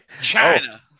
China